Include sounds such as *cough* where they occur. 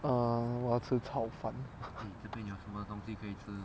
err 我要吃炒饭 *laughs*